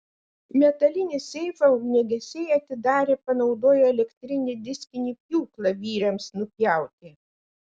metalinį seifą ugniagesiai atidarė panaudoję elektrinį diskinį pjūklą vyriams nupjauti